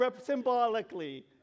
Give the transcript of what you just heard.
Symbolically